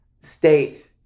state